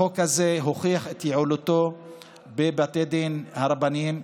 החוק הזה הוכיח את יעילותו בבתי הדין הרבניים,